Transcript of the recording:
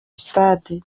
stade